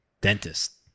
dentist